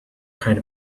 kind